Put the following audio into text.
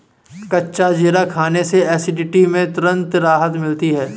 कच्चा जीरा खाने से एसिडिटी में तुरंत राहत मिलती है